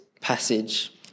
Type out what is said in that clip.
passage